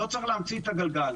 לא צריך להמציא את הגלגל.